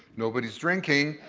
nobody's drinking.